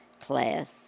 class